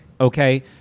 Okay